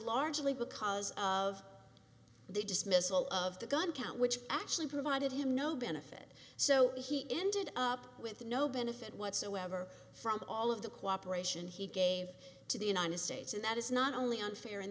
largely because of the dismissal of the gun count which actually provided him no benefit so he ended up with no benefit whatsoever from all of the cooperation he gave to the united states and that is not only unfair in